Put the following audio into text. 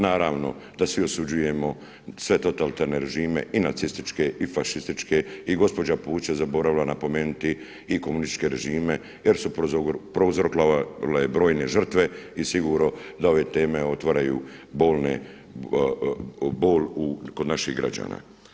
Naravno da svi osuđujemo sve totalitarne režime i nacističke i fašističke i gospođa Pusić je zaboravila napomenuti i komunističke režime jer su prouzrokovale brojne žrtve i sigurno da ove teme otvaraju bol kod naših građana.